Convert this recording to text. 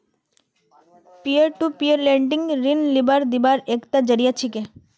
peer to peer lending ऋण लीबार दिबार एकता जरिया छिके